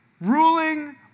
ruling